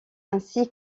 ainsi